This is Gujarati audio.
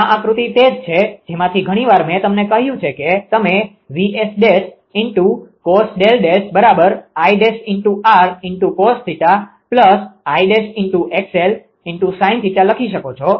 આ આકૃતિ તે જ છે જેમાંથી ઘણી વાર મેં તમને કહ્યું છે કે તમે 𝐼′𝑟cos𝜃𝐼′𝑥𝑙 sin 𝜃 લખી શકો છો